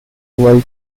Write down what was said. white